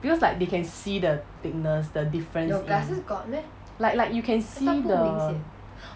because like they can see the thickness the difference in like like you can see the